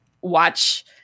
watch